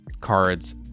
cards